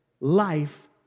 life